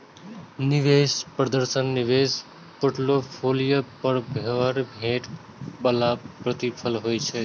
निवेश प्रदर्शन निवेश पोर्टफोलियो पर भेटै बला प्रतिफल होइ छै